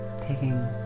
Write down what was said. taking